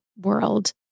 world